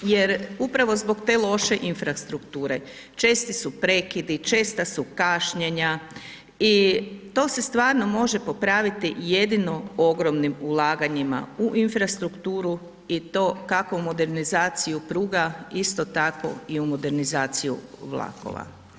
Jer upravo zbog te loše infrastrukture, česti su prekidi, česta su kašnjenja i to se stvarno može popraviti jedino ogromnim ulaganjima u infrastrukturu i to, kako modernizaciju pruga, isto tako i u modernizaciju vlakova.